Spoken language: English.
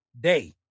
day